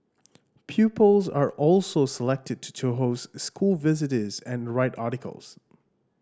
pupils are also selected to host school visitors and write articles